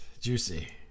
Juicy